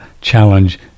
challenge